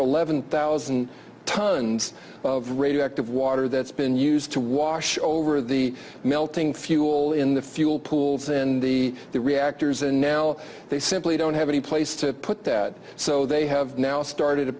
eleven thousand tons of radioactive water that's been used to wash over the melting fuel in the fuel pools in the reactors and now they simply don't have any place to put that so they have now started a